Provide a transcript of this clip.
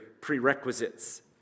prerequisites